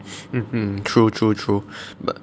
mmhmm true true true but